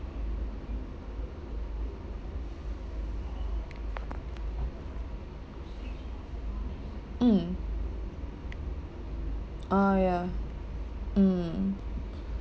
mm ah ya mm